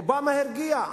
אובמה הרגיע,